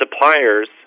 suppliers